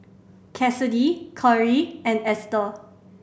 Cassidy Korey and Esther